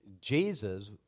Jesus